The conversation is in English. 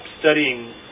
studying